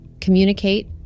Communicate